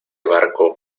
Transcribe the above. barco